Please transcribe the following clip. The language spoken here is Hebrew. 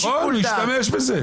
נכון, שישתמש בזה.